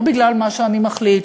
לא בגלל מה שאני מחליט,